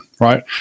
Right